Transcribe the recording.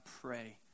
pray